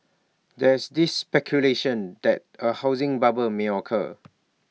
there's is speculation that A housing bubble may occur